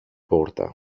πόρτα